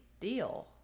deal